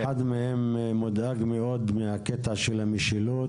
אחד מהמציעים מודאג מאוד מהקטע של המשילות